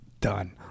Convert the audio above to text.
Done